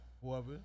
whoever